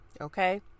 Okay